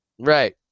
right